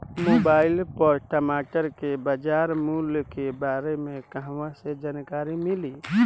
Mobile पर टमाटर के बजार मूल्य के बारे मे कहवा से जानकारी मिली?